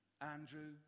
Andrew